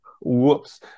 Whoops